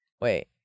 Wait